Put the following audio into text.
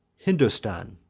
hindostan,